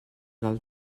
del